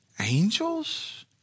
Angels